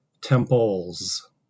temples